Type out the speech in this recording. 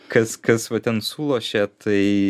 kas kas va ten sulošė tai